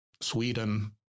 Sweden